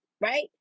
right